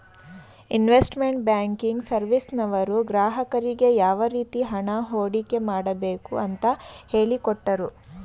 investment banking ಸರ್ವಿಸ್ನವರು ಗ್ರಾಹಕರಿಗೆ ಯಾವ ರೀತಿ ಹಣ ಹೂಡಿಕೆ ಮಾಡಬೇಕು ಅಂತ ಹೇಳಿಕೊಟ್ಟರು